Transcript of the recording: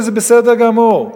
וזה בסדר גמור.